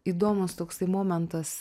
įdomus toksai momentas